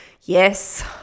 Yes